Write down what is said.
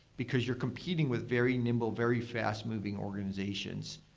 because you're competing with very nimble, very fast moving organization.